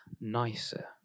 nicer